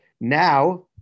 now